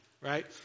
right